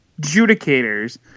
Judicators